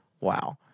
wow